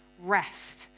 rest